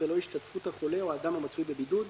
בלא השתתפות החולה או האדם המצוי בבידוד,